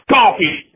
coffee